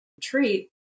treat